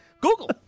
Google